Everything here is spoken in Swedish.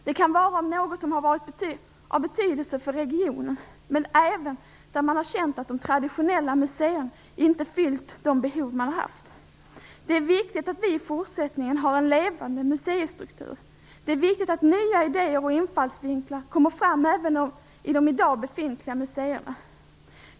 Det kan handla om något som har varit av betydelse för regionen men även om att man har känt att de traditionella museerna inte fyllt de behov man har haft. Det är viktigt att vi i fortsättningen har en levande museistruktur. Det är viktigt att nya idéer och infallsvinklar kommer fram även inom de i dag befintliga museerna.